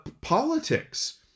politics